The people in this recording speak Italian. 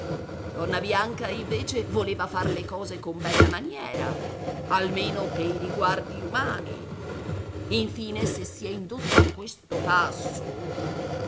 donna bianca invece voleva fare le cose con bella maniera almeno pei riguardi umani infine se si è indotta a questo passo